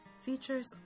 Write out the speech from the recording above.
Features